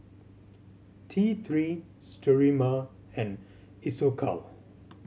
T Three Sterimar and Isocal